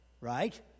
right